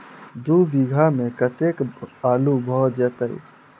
दु बीघा मे कतेक आलु भऽ जेतय?